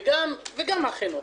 וגם החינוך,